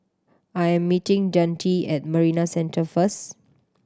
I am meeting Dante at Marina Centre first